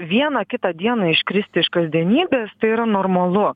vieną kitą dieną iškristi iš kasdienybės tai yra normalu